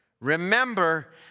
Remember